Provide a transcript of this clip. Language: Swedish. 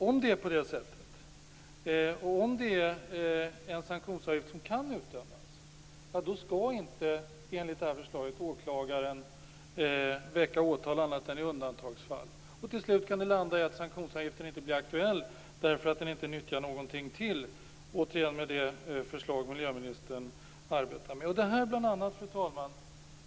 Om det är på det sättet, och om en sanktionsavgift kan utdömas, skall åklagaren inte väcka åtal annat än i undantagsfall, enligt det här förslaget. Till slut kan det landa i att sanktionsavgiften inte blir aktuell därför att den inte nyttjar någonting till - återigen enligt det förslag som miljöministern arbetar med. Fru talman!